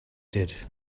did